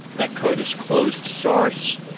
that code is closed source.